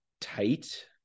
tight